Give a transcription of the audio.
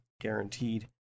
guaranteed